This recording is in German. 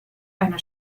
eine